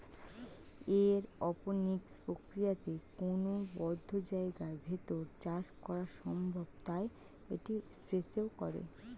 aeroponics প্রক্রিয়াতে কোনো বদ্ধ জায়গার ভেতর চাষ করা সম্ভব তাই এটি স্পেসেও করে